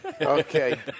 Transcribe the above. Okay